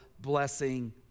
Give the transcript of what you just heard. blessing